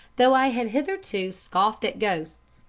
though i had hitherto scoffed at ghosts,